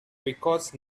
because